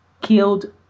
killed